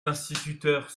instituteurs